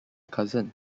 cousin